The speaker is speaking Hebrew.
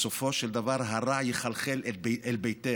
בסופו של דבר הרע יחלחל אל ביתך,